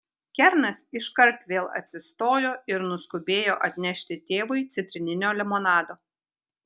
kernas iškart vėl atsistojo ir nuskubėjo atnešti tėvui citrininio limonado